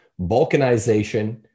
Balkanization